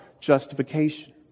justification